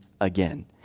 again